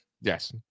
Yes